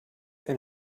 and